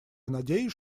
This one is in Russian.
надеюсь